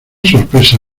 sorpresa